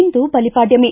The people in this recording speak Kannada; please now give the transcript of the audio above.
ಇಂದು ಬಲಿಪಾಡ್ದಮಿ